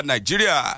Nigeria